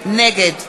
נגד